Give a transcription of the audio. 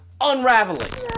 unraveling